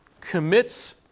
commits